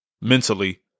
mentally